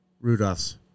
Rudolph's